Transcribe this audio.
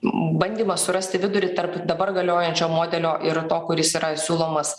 bandymas surasti vidurį tarp dabar galiojančio modelio ir to kuris yra siūlomas